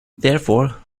therefore